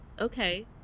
Okay